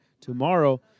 Tomorrow